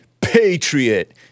Patriot